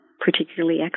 particularly